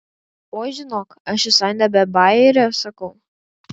oi žinok aš visai ne be bajerio sakau